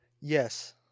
Yes